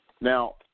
Now